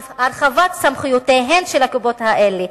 הרחבת סמכויותיהן של הקופות האלה.